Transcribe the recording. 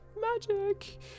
Magic